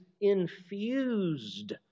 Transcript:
infused